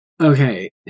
okay